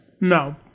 No